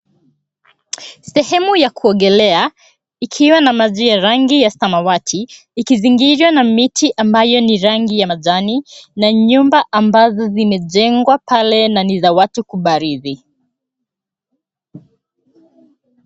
Sehemu ya kuogelea ikiwa na maji ya rangi ya samawati ikizingirwa na miti ambayo ni rangi ya majani na nyumba ambazo zimejengwa pale na ni za watu kubarizi.